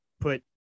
put